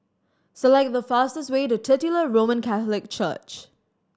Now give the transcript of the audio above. select the fastest way to Titular Roman Catholic Church